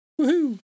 woohoo